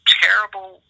terrible